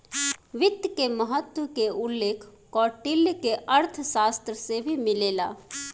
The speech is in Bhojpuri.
वित्त के महत्त्व के उल्लेख कौटिल्य के अर्थशास्त्र में भी मिलेला